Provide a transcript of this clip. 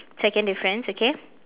second difference okay